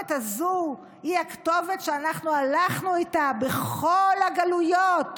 הכתובת הזו היא הכתובת שאנחנו הלכנו איתה בכל הגלויות.